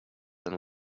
and